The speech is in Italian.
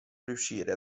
riuscire